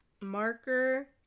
marker